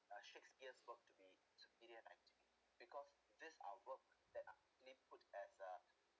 uh shakespeare's work to be superior writing because this our work that uh they put as uh